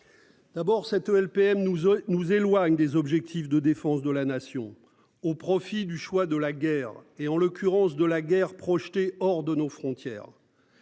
D'abord cette LPM nous on nous éloigne des objectifs de défense de la nation au profit du choix de la guerre et en l'occurrence de la guerre projeté hors de nos frontières.